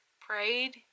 prayed